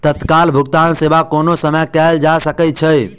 तत्काल भुगतान सेवा कोनो समय कयल जा सकै छै